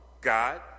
God